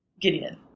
Gideon